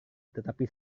tetapi